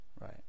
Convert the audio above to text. Right